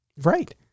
Right